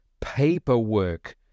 paperwork